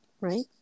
Right